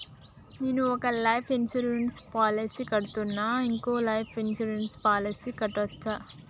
నేను ఒక life insurance policy కడ్తున్నా, ఇంకో లైఫ్ ఇన్సూరెన్స్ పాలసీ కట్టొచ్చా?